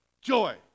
joy